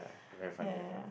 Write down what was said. yeah yeah yeah